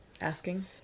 Asking